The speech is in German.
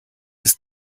ist